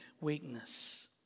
weakness